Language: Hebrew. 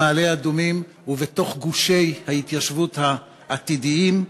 במעלה-אדומים ובתוך גושי ההתיישבות העתידיים.